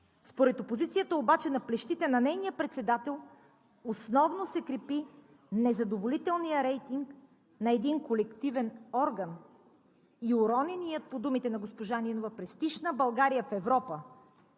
Според опозицията обаче на плещите на нейния председател основно се крепи незадоволителният рейтинг на един колективен орган и уронения по думите на госпожа Нинова „престиж на България в Европа“.